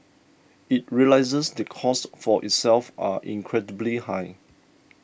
it realises the costs for itself are incredibly high